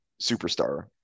superstar